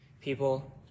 people